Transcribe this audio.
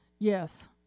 Yes